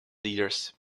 leaders